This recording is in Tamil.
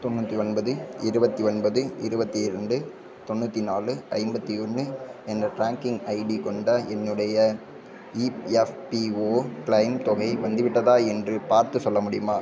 தொண்ணூற்றி ஒன்பது இருபத்தி ஒன்பது இருபத்தி இரண்டு தொண்ணூற்றி நாலு ஐம்பத்து ஒன்று என்ற ட்ராங்கிங் ஐடி கொண்ட என்னுடைய இஎஃப்பிஓ கிளைம் தொகை வந்துவிட்டதா என்று பார்த்துச் சொல்ல முடியுமா